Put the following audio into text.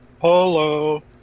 Hello